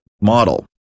model